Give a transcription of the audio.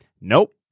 nope